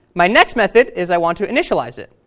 my next method is i want to initialize it,